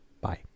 bye